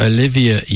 Olivia